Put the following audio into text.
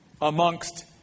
amongst